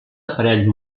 aparell